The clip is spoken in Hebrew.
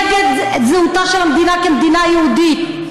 נגד זהותה של המדינה כמדינה יהודית,